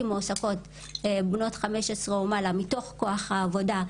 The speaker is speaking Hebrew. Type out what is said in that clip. מועסקות בנות חמש עשרה ומעלה מתוך כוח העבודה,